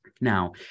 Now